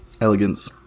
elegance